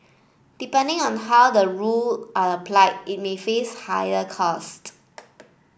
depending on how the rule are applied it may face higher costs